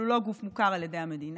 אבל הוא לא גוף מוכר על ידי המדינה,